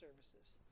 services